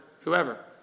whoever